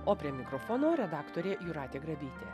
o prie mikrofono redaktorė jūratė grabytė